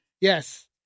yes